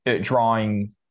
drawing